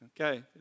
Okay